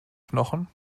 knochen